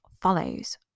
follows